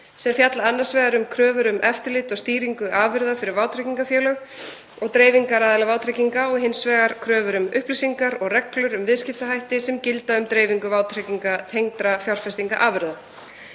sem fjalla annars vegar um kröfur um eftirlit og stýringu afurða fyrir vátryggingafélög og dreifingaraðila vátrygginga og hins vegar kröfur um upplýsingar og reglur um viðskiptahætti sem gilda um dreifingu vátryggingatengdra fjárfestingarafurða.